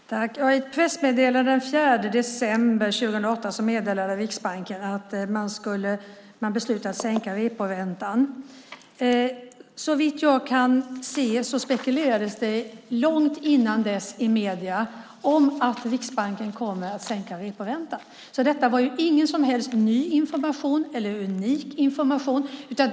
Herr talman! I ett pressmeddelande den 4 december 2008 meddelade Riksbanken att man beslutat sänka reporäntan. Såvitt jag kan se spekulerades det långt innan dess i medierna om att Riksbanken kommer att sänka reporäntan. Detta var ingen som helst ny eller unik information.